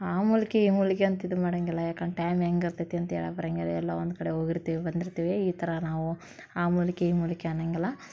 ಆ ಮೂಲ್ಕೆ ಈ ಮೂಲ್ಕೆ ಅಂತ ಇದು ಮಾಡಂಗಿಲ್ಲ ಯಾಕಂದ್ರ್ ಟೈಮ್ ಹೆಂಗಿರ್ತೈತಿ ಅಂತ ಹೇಳಾಕ್ ಬರಂಗಿಲ್ಲ ಎಲ್ಲೋ ಒಂದು ಕಡೆ ಹೋಗಿರ್ತಿವ್ ಬಂದಿರ್ತೀವಿ ಈ ಥರ ನಾವು ಆ ಮೂಲ್ಕೆ ಈ ಮೂಲ್ಕೆ ಅನ್ನೊಂಗಿಲ್ಲ